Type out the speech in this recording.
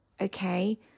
okay